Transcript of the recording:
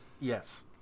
Yes